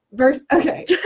Okay